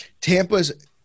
Tampa's